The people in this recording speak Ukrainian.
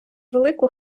велику